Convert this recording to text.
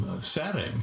setting